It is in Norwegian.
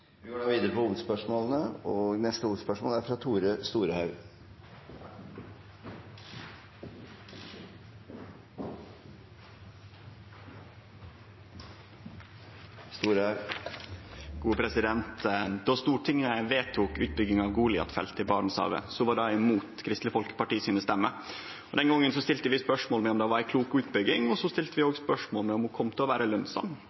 Vi går til neste hovedspørsmål. Då Stortinget vedtok utbygging av Goliat-feltet i Barentshavet, var det mot Kristeleg Folkeparti sine stemmer. Den gongen stilte vi spørsmål ved om det var ei klok utbygging, og vi stilte òg spørsmål ved om ho kom til å vere lønsam.